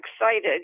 excited